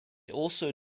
also